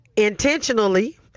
Intentionally